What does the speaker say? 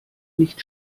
nicht